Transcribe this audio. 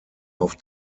auf